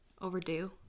overdue